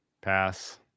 Pass